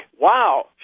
wow